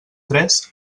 tres